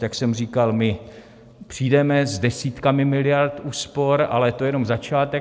Jak jsem říkal, my přijdeme s desítkami miliard úspor, ale to je jen začátek.